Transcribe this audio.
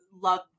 love